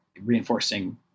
reinforcing